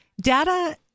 data